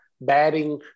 batting